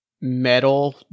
metal